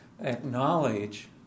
acknowledge